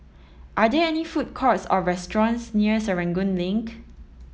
are there any food courts or restaurants near Serangoon Link